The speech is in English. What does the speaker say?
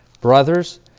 Brothers